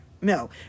No